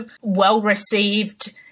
well-received